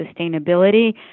sustainability